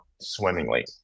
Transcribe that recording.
swimmingly